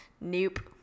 nope